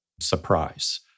surprise